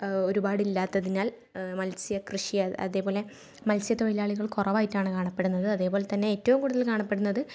ഒരുപാടില്ലാത്തതിനാൽ മത്സ്യകൃഷി അതേപോലെ മത്സ്യത്തൊഴിലാളികൾ കുറവായിട്ടാണ് കാണപ്പെടുന്നത് അതേപോലെതന്നെ ഏറ്റവും കൂടുതൽ കാണപ്പെടുന്നത്